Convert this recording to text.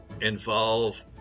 involve